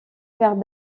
vers